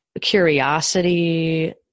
curiosity